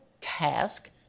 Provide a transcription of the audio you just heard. task